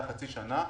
היה חצי שנה.